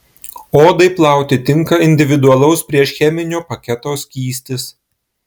odai plauti tinka individualaus priešcheminio paketo skystis